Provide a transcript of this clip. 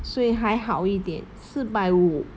所以还好一点四百五